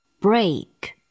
Break